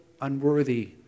unworthy